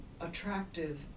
attractive